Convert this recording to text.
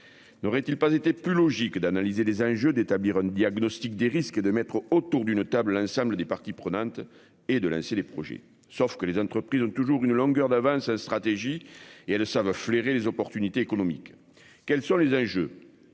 N'aurait-il pas été plus logique d'analyser les enjeux, d'établir un diagnostic des risques et de réunir autour d'une table l'ensemble des parties prenantes avant de lancer les projets ? Il faut dire que les entreprises ont toujours une longueur d'avance en matière de stratégie et qu'elles savent flairer les opportunités économiques ! Quels sont les enjeux ?